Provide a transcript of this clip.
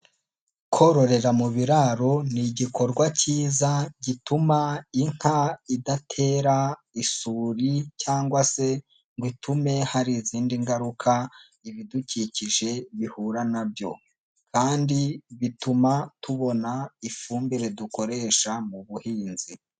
Kororera mu biraro ni igikorwa cyiza gituma inka idatera isuri cyangwa se ngo itume hari izindi ngaruka ibidukikije bihura na byo kandi bituma tubona ifumbire dukoresha mu buhinzi.